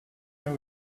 out